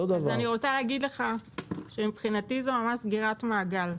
אני רוצה להגיד לך שמבחינתי זו ממש סגירת מעגל.